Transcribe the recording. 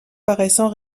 paraissant